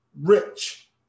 rich